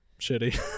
Shitty